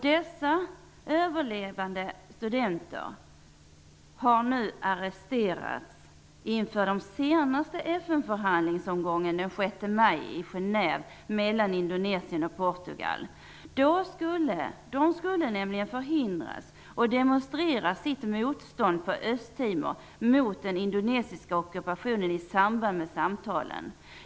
De överlevande studenterna har nu arresterats inför den senaste FN Indonesien och Portugal. De skulle nämligen förhindras att demonstrera sitt motstånd på Östtimor mot den indonesiska ockupationen i samband med samtalen.